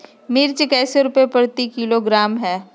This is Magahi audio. मिर्च कैसे रुपए प्रति किलोग्राम है?